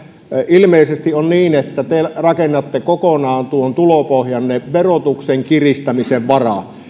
ilmeisesti on niin että te rakennatte tuon tulopohjanne kokonaan verotuksen kiristämisen varaan